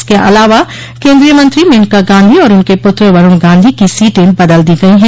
इसके अलावा केन्द्रीय मंत्री मेनका गांधी और उनके पुत्र वरूण गांधी की सीटें बदल दी गयी हैं